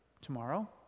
tomorrow